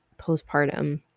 postpartum